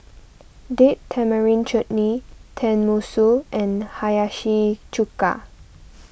Date Tamarind Chutney Tenmusu and Hiyashi Chuka